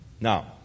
Now